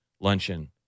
luncheon